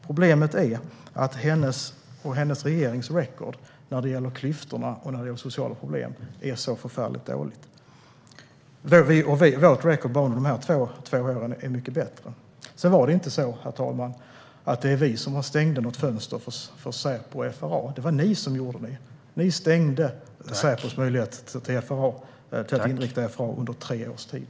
Problemet är att hennes och hennes regerings record när det gäller klyftor och sociala problem är så förfärligt dåligt. Vårt record bara under de här två åren är mycket bättre. Sedan var det inte så, herr talman, att det var vi som stängde något fönster för Säpo eller FRA. Det var ni som gjorde det. Ni stängde Säpos möjlighet att inrikta FRA under tre års tid.